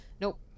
nope